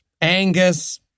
Angus